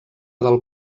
del